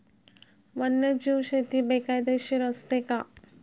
वन्यजीव शेती बेकायदेशीर असते का?